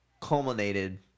culminated